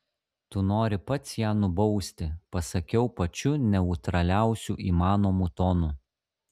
tu nori pats ją nubausti pasakiau pačiu neutraliausiu įmanomu tonu